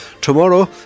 Tomorrow